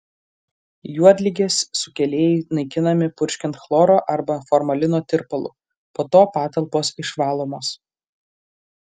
juodligės sukėlėjai naikinami purškiant chloro arba formalino tirpalu po to patalpos išvalomos